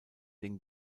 den